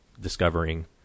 discovering